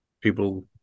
people